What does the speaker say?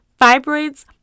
fibroids